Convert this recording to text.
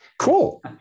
Cool